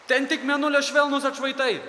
ten tik mėnulio švelnūs atšvaitai